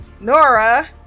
nora